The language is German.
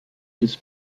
des